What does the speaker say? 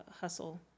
hustle